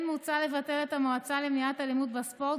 כן מוצע לבטל את המועצה למניעת אלימות בספורט